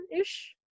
ish